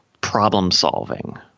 problem-solving